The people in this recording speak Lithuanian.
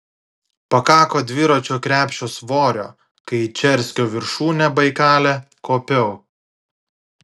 pakako dviračio krepšio svorio kai į čerskio viršūnę baikale kopiau